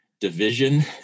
division